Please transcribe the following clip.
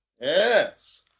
Yes